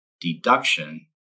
deduction